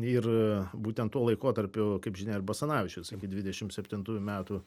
ir būtent tuo laikotarpiu kaip žinia ir basanavičius iki dvidešimt septintųjų metų